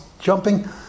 jumping